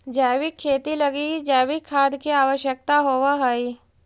जैविक खेती लगी जैविक खाद के आवश्यकता होवऽ हइ